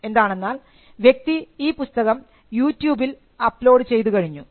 എന്താണെന്നാൽ വ്യക്തി ഈ പുസ്തകം യൂട്യൂബിൽ അപ്ലോഡ് ചെയ്തു കഴിഞ്ഞു